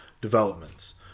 developments